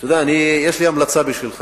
חבר הכנסת ע'נאים, יש לי המלצה בשבילך,